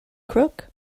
crook